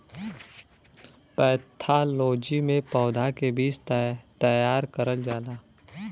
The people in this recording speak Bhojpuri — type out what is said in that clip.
पैथालोजी में पौधा के बीज तैयार करल जाला